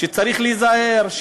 שצריך להיזהר,